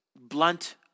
blunt